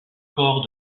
corps